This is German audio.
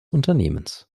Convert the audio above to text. unternehmens